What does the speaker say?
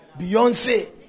Beyonce